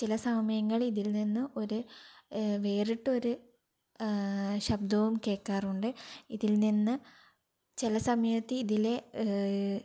ചില സമയങ്ങളില് ഇതില് നിന്ന് ഒരു വേറിട്ട ഒരു ശബ്ദ്വും കേൾക്കാറുണ്ട് ഇതില് നിന്ന് ചിലസമയത്ത് ഇതിലെ